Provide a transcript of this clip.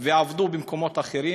ועבדו במקומות אחרים,